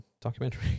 documentary